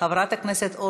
חברת הכנסת קסניה סבטלובה,